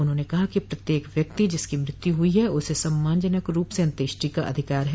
उन्होंने कहा कि प्रत्येक व्यक्ति जिसकी मृत्यु हुई है उसे सम्मानजनक रूप से अन्त्येष्टि का अधिकार है